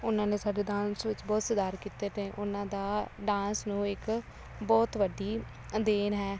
ਉਹਨਾਂ ਨੇ ਸਾਡੇ ਡਾਂਸ ਵਿੱਚ ਬਹੁਤ ਸੁਧਾਰ ਕੀਤੇ ਅਤੇ ਉਹਨਾਂ ਦਾ ਡਾਂਸ ਨੂੰ ਇੱਕ ਬਹੁਤ ਵੱਡੀ ਦੇਣ ਹੈ